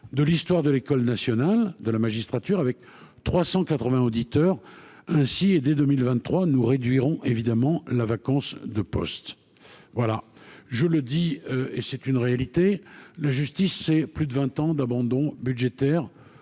de l'histoire de l'École nationale de la magistrature, avec 380 auditeurs ainsi et, dès 2023, nous réduirons évidemment la vacance de poste voilà je le dis et c'est une réalité, la justice et plus de 20 ans d'abandon budgétaire